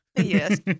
Yes